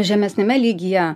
žemesniame lygyje